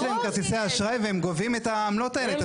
יש להם כרטיסי אשראי והם גובים את העמלות האלה.